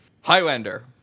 Highlander